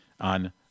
on